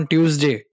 Tuesday